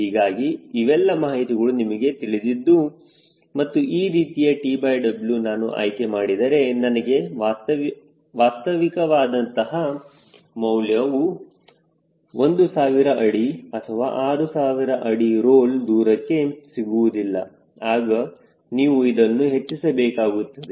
ಹೀಗಾಗಿ ಇವೆಲ್ಲ ಮಾಹಿತಿಗಳು ನಿಮಗೆ ತಿಳಿದಿದ್ದು ಮತ್ತು ಈ ರೀತಿಯ TW ನಾನು ಆಯ್ಕೆ ಮಾಡಿದರೆ ನನಗೆ ವಾಸ್ತವಿಕವಾದಂತಹ ಮೌಲ್ಯವು 1000 ಅಡಿ ಅಥವಾ 6000 ಅಡಿ ರೋಲ್ ದೂರಕ್ಕೆ ಸಿಗುವುದಿಲ್ಲ ಆಗ ನೀವು ಇದನ್ನು ಹೆಚ್ಚಿಸಬೇಕಾಗುತ್ತದೆ